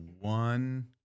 one